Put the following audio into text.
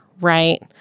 right